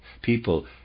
People